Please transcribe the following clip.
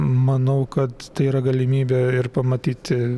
manau kad tai yra galimybė pamatyti